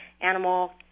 animal